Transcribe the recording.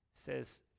says